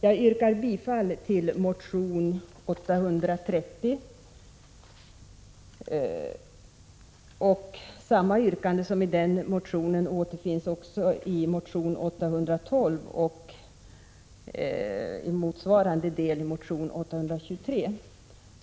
Jag yrkar bifall till motion Sk830. Samma yrkande som i den motionen återfinns i motion Sk812 och i motsvarande del i motion Sk823.